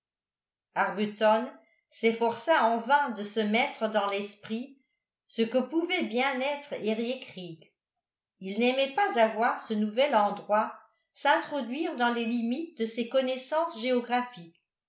arbuton s'efforça en vain de se mettre dans l'esprit ce que pouvait bien être eriécreek il n'aimait pas à voir ce nouvel endroit s'introduire dans les limites de ses connaissances géographiques